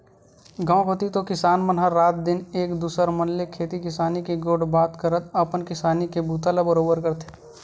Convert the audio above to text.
गाँव कोती तो किसान मन ह रात दिन एक दूसर मन ले खेती किसानी के गोठ बात करत अपन किसानी के बूता ला बरोबर करथे